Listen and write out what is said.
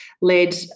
led